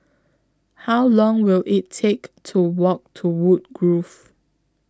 How Long Will IT Take to Walk to Woodgrove